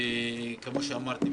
כמו שאמרתי,